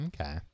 Okay